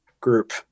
group